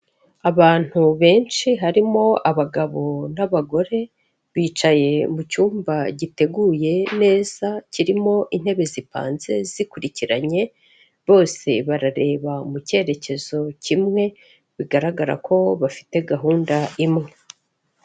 Abantu benshi harimo abagabo n'abagore bicaye mu cyumba giteguye neza kirimo intebe zipanze zikurikiranye, bose barareba mu cyerekezo kimwe bigaragara ko bafite gahunda imwe.